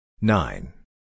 Nine